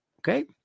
okay